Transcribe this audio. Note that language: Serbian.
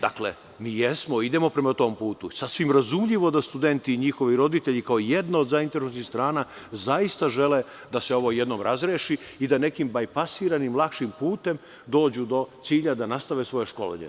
Dakle, idemo prema tom putu i sasvim je razumljivo da studenti i njihovi roditelji kao jedna od zainteresovanih strana zaista žele da se ovo jednom razreši i da nekim bajpasiranim lakšim putem dođu do cilja da nastave svoje školovanje.